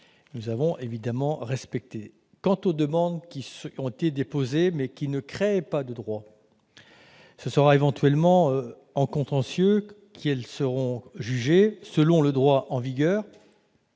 de ce projet de loi. Quant aux demandes qui ont été déposées mais qui ne créaient pas de droit, ce sera éventuellement en contentieux qu'elles seront jugées, selon le droit en vigueur,